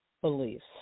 Beliefs